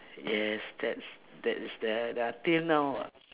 yes that's that is that till now ah